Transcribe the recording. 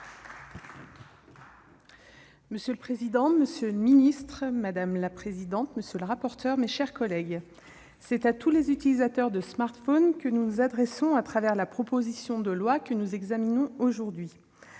Monsieur le président, monsieur le secrétaire d'État, mes chers collègues, c'est à tous les utilisateurs de smartphones que nous nous adressons à travers la proposition de loi que nous examinons aujourd'hui.